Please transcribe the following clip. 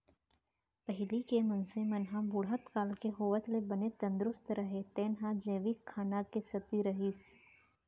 पहिली के मनसे मन ह बुढ़त काल के होवत ले बने तंदरूस्त रहें तेन ह जैविक खाना के सेती रहिस